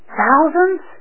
thousands